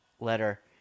letter